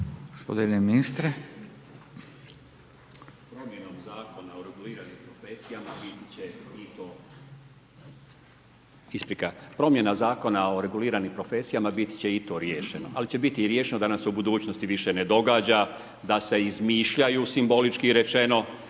Gospodine ministre. **Kujundžić, Milan (HDZ)** Isprika. Promjena zakona o reguliranim profesijama bit će i to riješeno, ali će biti i riješeno da nam se u budućnosti više ne događa da se izmišljaju simbolički rečeno